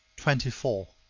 twenty four.